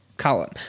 column